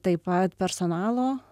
taip pat personalo